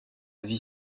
vie